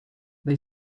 they